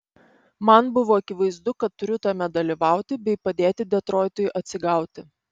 man buvo akivaizdu kad turiu tame dalyvauti bei padėti detroitui atsigauti